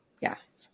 Yes